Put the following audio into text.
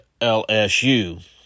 LSU